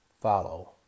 follow